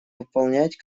выполнять